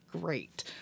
great